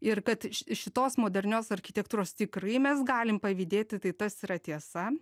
ir kad ši šitos modernios architektūros tikrai mes galim pavydėti tai tas yra tiesa